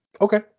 Okay